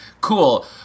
cool